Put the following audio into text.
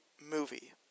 movie